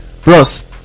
plus